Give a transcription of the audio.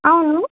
అవును